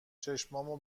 چشامو